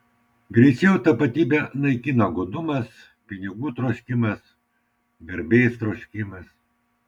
greičiau tapatybę naikina godumas pinigų troškimas garbės troškimas